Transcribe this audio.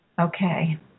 Okay